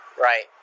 right